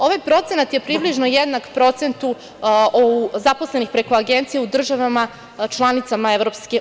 Ovaj procenat je približno jednak procentu zaposlenih preko agencije u državama članicama EU.